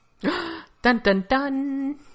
Dun-dun-dun